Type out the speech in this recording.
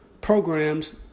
programs